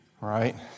right